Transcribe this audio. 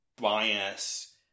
bias